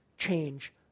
Change